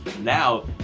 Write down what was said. Now